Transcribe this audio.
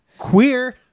queer